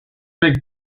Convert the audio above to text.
big